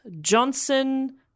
Johnson